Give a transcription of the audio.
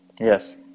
Yes